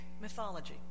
mythology